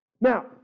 Now